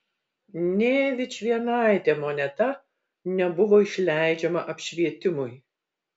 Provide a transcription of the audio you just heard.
nė vičvienaitė moneta nebuvo išleidžiama apšvietimui